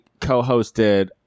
co-hosted